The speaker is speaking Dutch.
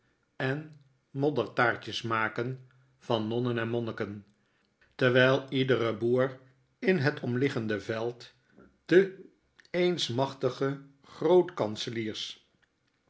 en moddertaartjes maken van nonnen en monniken terwjjl iedere boer in het omliggende veld den eens machtigen g root kanseliers